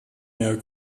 mehr